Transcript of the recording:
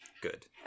good